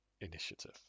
initiative